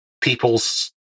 people's